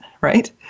right